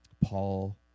Paul